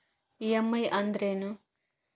EMI ಅಂದ್ರೇನು?